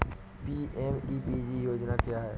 PMEPG योजना क्या है?